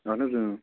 اَہن حظ اۭں